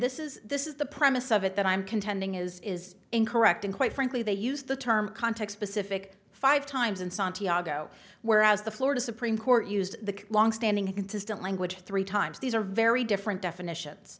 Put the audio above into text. this is this is the premise of it that i'm contending is is incorrect and quite frankly they use the term context specific five times in santiago whereas the florida supreme court used the longstanding consistent language three times these are very different definitions